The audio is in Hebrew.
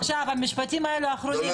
עכשיו המשפטים האחרונים,